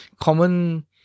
common